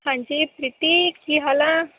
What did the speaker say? ਹਾਂਜੀ ਪ੍ਰੀਤੀ ਕੀ ਹਾਲ ਆ